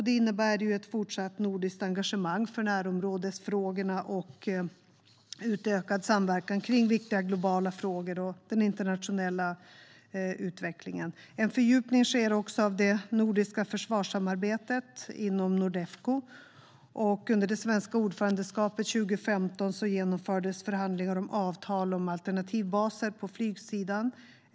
Det innebär ett fortsatt nordiskt engagemang för närområdesfrågorna och utökad samverkan kring viktiga globala frågor och den internationella utvecklingen. En fördjupning sker också av det nordiska försvarssamarbetet inom Nordefco. Under det svenska ordförandeskapet 2015 genomfördes förhandlingar om avtal om alternativbaser på flygsidan.